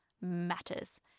matters